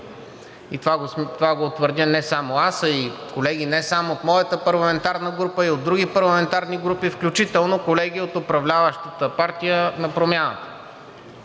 И това го твърдя не само аз, а и колеги не само от моята парламентарна група и от други парламентарни групи, включително колеги от управляващата партия на Промяната.